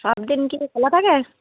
সব দিন কি খোলা থাকে